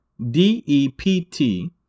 DEPT